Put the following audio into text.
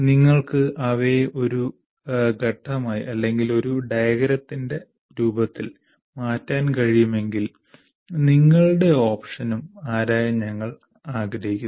നിങ്ങൾക്ക് അവയെ ഒരു ഘട്ടമായി അല്ലെങ്കിൽ ഒരു ഡയഗ്രാമിന്റെ രൂപത്തിൽ മാറ്റാൻ കഴിയുമെങ്കിൽ നിങ്ങളുടെ ഓപ്ഷനും ആരായാൻ ഞങ്ങൾ ആഗ്രഹിക്കുന്നു